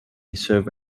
serve